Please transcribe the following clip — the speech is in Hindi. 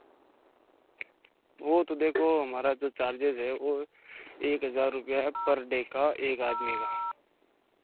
वह तो देखो हमारा जो चार्जेज़ है वह एक हज़ार रुपया है पर डे का एक आदमी का